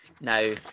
now